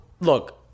Look